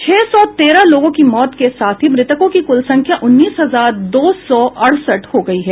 छह सौ तेरह लोगों की मौत के साथ ही मृतकों की कुल संख्या उन्नीस हजार दो सौ अड़सठ हो गई है